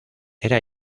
era